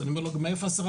אני אומר לו: מאיפה 10%?